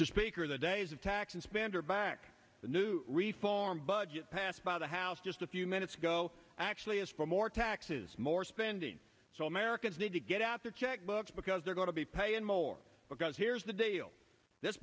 mr speaker the days of tax and spend are back the new reform budget passed by the house just a few minutes ago actually is for more taxes more spending so americans need to get out their checkbooks because they're going to be paying more because here's the deal this